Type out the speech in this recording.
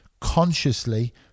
consciously